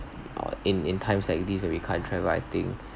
uh in in times like this we can't travel I think